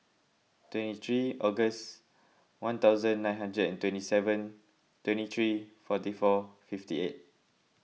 twenty three August one thousand nine hundred and twenty seven twenty three forty four fifty eight